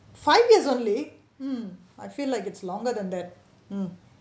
five years only mm I feel like it's longer than that mm